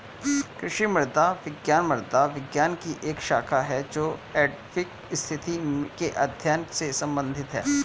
कृषि मृदा विज्ञान मृदा विज्ञान की एक शाखा है जो एडैफिक स्थिति के अध्ययन से संबंधित है